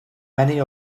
many